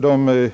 De